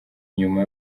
nyuma